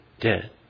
dead